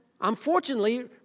unfortunately